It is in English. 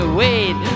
wait